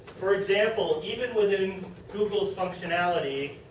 for example even within google's functionality.